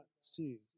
see